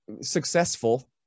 successful